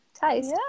taste